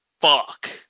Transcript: fuck